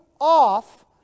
off